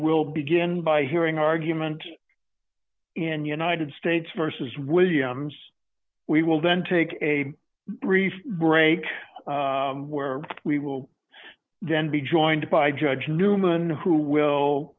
will begin by hearing argument in united states versus williams we will then take a brief break where we will then be joined by judge newman who will